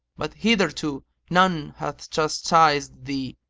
but hitherto none hath chastised thee.